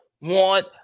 want